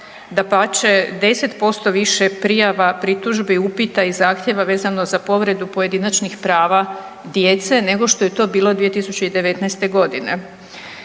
dapače 10% više prijava, pritužbi, upita i zahtjeva vezano za povredu pojedinačnih prava djece, nego što je to bilo 2019. godine.